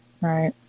Right